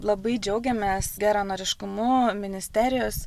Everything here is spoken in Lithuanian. labai džiaugiamės geranoriškumu ministerijos